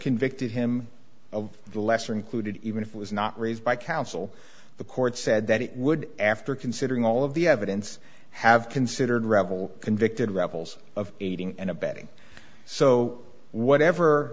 convicted him of the lesser included even if it was not raised by counsel the court said that it would after considering all of the evidence have considered ravel convicted revels of aiding and abetting so whatever